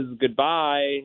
goodbye